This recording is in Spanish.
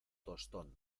tostón